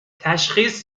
تشخیص